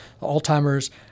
Alzheimer's